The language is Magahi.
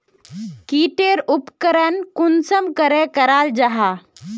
की टेर उपकरण कुंसम करे कराल जाहा जाहा?